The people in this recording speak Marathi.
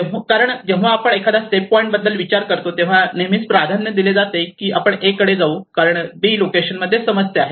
अर्थात जेव्हा आपण एखादा सेफ पॉईंट बद्दल विचार करतो तेव्हा नेहमीच प्राधान्य दिले जाते की आपण 'ए' कडे जाऊ कारण 'बी' लोकेशन मध्ये समस्या आहे